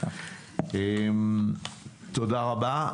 תודה רבה.